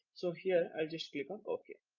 so here i'll just click on ok.